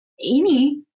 Amy